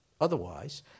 otherwise